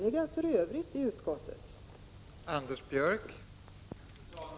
I övrigt är utskottet enigt.